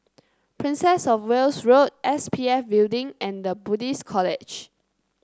Princess Of Wales Road S P F Building and The Buddhist College